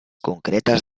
concretes